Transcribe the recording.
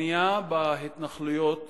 והבנייה בהתנחלויות